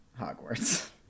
Hogwarts